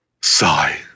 Sigh